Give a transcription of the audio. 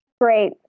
great